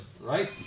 Right